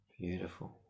Beautiful